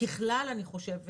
ככלל אני חושבת,